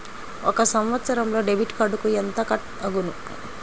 ఒక సంవత్సరంలో డెబిట్ కార్డుకు ఎంత కట్ అగును?